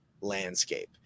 landscape